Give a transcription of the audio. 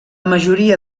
majoria